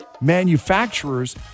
manufacturers